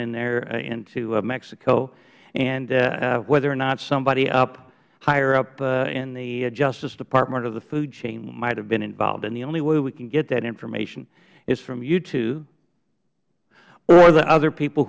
in there into mexico and whether or not somebody higher up in the justice department or the food chain might have been involved and the only way we can get that information is from you two or the other people